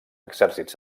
exèrcits